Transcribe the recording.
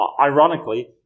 Ironically